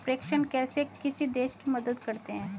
प्रेषण कैसे किसी देश की मदद करते हैं?